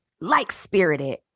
like-spirited